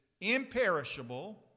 imperishable